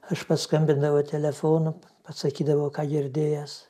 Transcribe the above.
aš paskambindavau telefonu pasakydavau ką girdėjęs